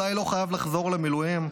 אולי לא חייבים לחזור למילואים.